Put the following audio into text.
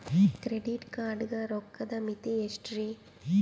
Credit card ಗ ರೋಕ್ಕದ್ ಮಿತಿ ಎಷ್ಟ್ರಿ?